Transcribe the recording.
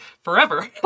forever